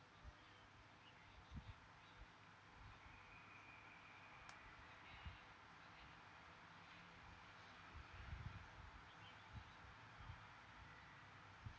uh